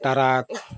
truck